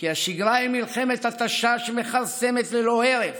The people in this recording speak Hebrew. כי השגרה היא מלחמת התשה שמכרסמת ללא הרף